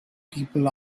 people